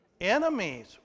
enemies